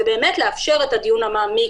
ובאמת לאפשר את הדיון המעמיק,